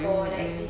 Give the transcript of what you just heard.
for like this